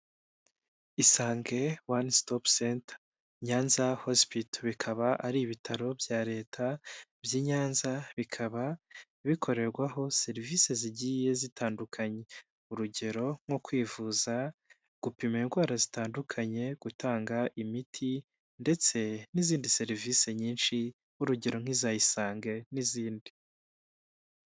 Isange wani sitopu senta, Nyanza hosipito bikaba ari ibitaro bya leta by'i Nyanza bikaba bikorerwaho serivisi zigiye zitandukanye, urugero nko kwivuza, gupima indwara zitandukanye gutanga imiti ndetse n'izindi serivisi nyinshi nk'urugero nk'iza isange n'izindi.